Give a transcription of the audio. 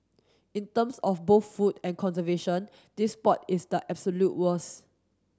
in terms of both food and conservation this spot is the absolute worst